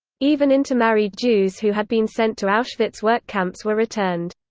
even intermarried jews who had been sent to auschwitz work camps were returned.